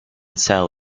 sell